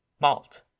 malt